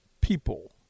people